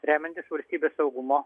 remiantis valstybės saugumo